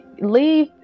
leave